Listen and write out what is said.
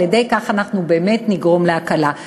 על-ידי כך אנחנו באמת נגרום להקלה.